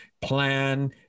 plan